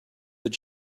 that